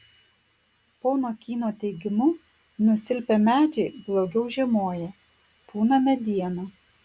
pono kyno teigimu nusilpę medžiai blogiau žiemoja pūna mediena